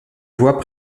vois